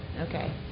Okay